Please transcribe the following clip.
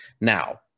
Now